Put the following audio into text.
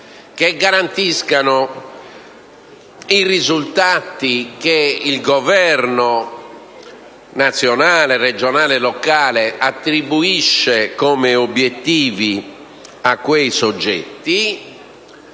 che garantiscano i risultati che il Governo, nazionale, regionale, locale, attribuisce come obiettivi a quei soggetti,